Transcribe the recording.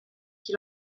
qui